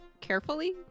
carefully